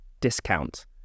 discount